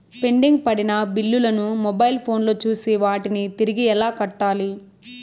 pending పడిన బిల్లులు ను మొబైల్ ఫోను లో చూసి వాటిని తిరిగి ఎలా కట్టాలి